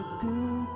good